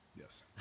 Yes